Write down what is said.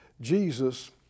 Jesus